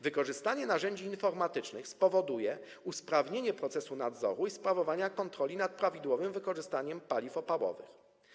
Wykorzystanie narzędzi informatycznych spowoduje usprawnienie procesu nadzoru i sprawowania kontroli nad prawidłowym wykorzystaniem paliw opałowych.